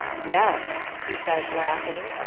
yes, he says, laughing,